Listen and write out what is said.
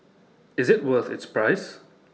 is IT worth its price